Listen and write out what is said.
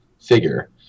figure